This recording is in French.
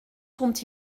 sont